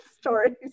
stories